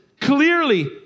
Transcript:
clearly